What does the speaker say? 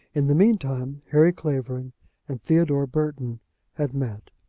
in the meantime, harry clavering and theodore burton had met.